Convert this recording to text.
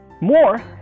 more